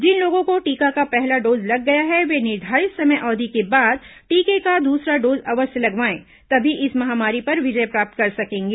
जिन लोगों को टीका का पहला डोज लग गया है वे निर्धारित समय अवधि के बाद टीके का दूसरा डोज अवश्य लगवाएं तभी इस महामारी पर विजय प्राप्त कर सकेंगे